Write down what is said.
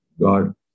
God